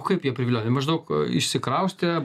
kaip jie priviliojo maždaug išsikraustė